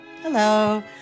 Hello